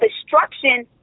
destruction